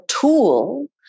tool